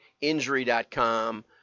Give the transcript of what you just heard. injury.com